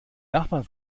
nachbarn